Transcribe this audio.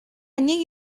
нэг